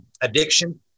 addiction